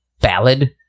ballad